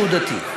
שהוא דתי.